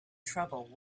trouble